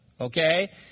okay